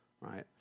right